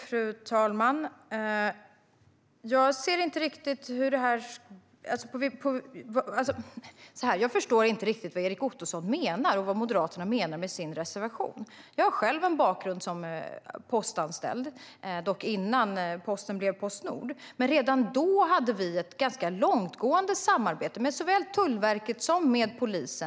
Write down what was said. Fru talman! Jag förstår inte riktigt vad Erik Ottoson och Moderaterna menar med sin reservation. Jag har själv en bakgrund som postanställd, dock innan posten blev Postnord. Redan då hade vi ett ganska långtgående samarbete med såväl Tullverket som med polisen.